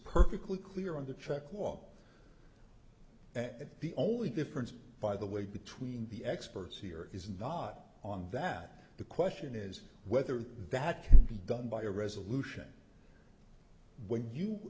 perfectly clear on the track walk and the only difference by the way between the experts here is not on that the question is whether that can be done by a resolution